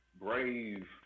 brave